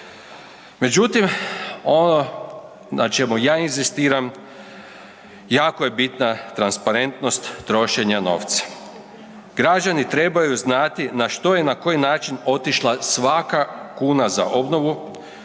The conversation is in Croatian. Međutim, ono na čemu ja inzistiram jako je bitna transparentnost trošenja novca. Građani trebaju znati na što je i na koji način otišla svaka kuna za obnovu,